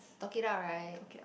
talk it out right